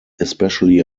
especially